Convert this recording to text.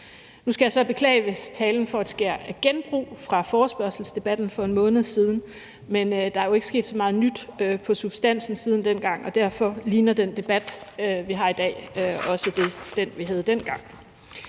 Nu skal jeg så beklage, hvis talen får et skær af genbrug fra forespørgselsdebatten for en måned siden, men der er jo ikke sket så meget nyt med hensyn til substansen siden dengang, og derfor ligner den debat, vi har i dag, den, vi havde dengang.